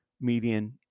median